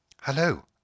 Hello